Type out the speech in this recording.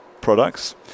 products